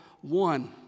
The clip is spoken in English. one